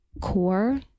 core